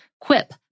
Quip